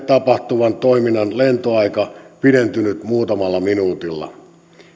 tapahtuvan toiminnan lentoaika pidentynyt muutamalla minuutilla